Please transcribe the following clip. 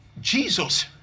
Jesus